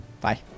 bye